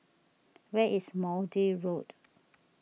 where is Maude Road